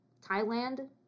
Thailand